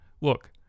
look